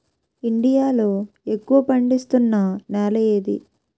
India లో ఎక్కువ పండిస్తున్నా నేల ఏది?